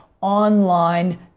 online